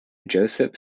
joseph